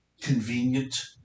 convenient